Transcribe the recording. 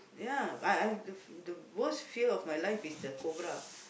ya I I the the worst fear of my life is the cobra